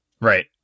Right